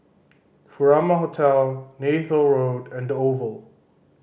Furama Hotel Neythal Road and The Oval